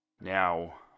Now